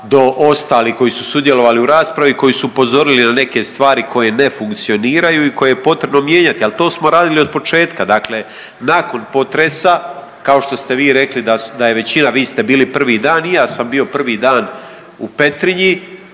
do ostalih koji su sudjelovali u raspravi, koji su upozorili na neke stvari koje ne funkcioniraju i koje je potrebno mijenjati, ali to smo radili otpočetka, dakle nakon potresa, kao što ste vi rekli da je većina, vi ste bili 1. dan, i ja sam bio 1. dan u Petrinji